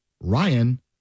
Ryan